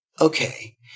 Okay